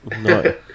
No